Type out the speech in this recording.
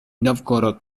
nóvgorod